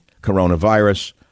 coronavirus